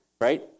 right